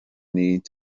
need